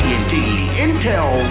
Intel